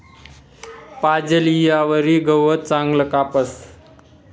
पाजेल ईयावरी गवत चांगलं कापास